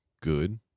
good